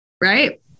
right